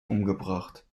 umgebracht